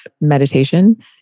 meditation